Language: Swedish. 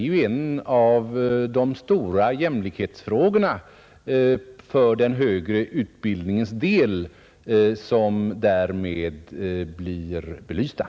Härigenom kommer en av de stora jämlikhetsfrågorna inom den högre utbildningen att kunna debatteras i kammaren.